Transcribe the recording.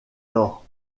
laure